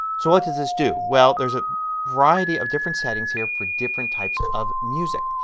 so what does this do? well, there is a variety of different settings here for different types of music.